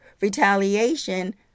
retaliation